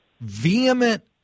vehement